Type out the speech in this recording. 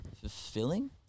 fulfilling